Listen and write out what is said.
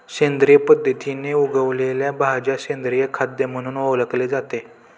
सेंद्रिय पद्धतीने उगवलेल्या भाज्या सेंद्रिय खाद्य म्हणून ओळखले जाते